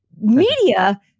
media